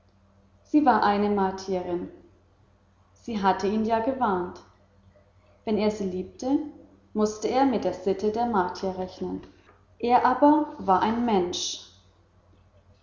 sie war eine martierin sie hatte ihn ja gewarnt wenn er sie liebte mußte er mit der sitte der martier rechnen er aber war ein mensch